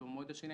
ובמועד השני.